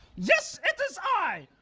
yes it is i,